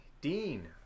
Dean